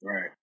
Right